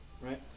right